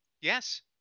Yes